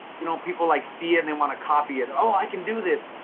you know people like see and they want to copy it, oh, i can do this.